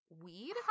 weed